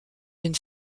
une